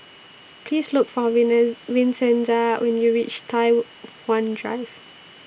Please Look For Vincenza when YOU REACH Tai Hwan Drive